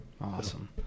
Awesome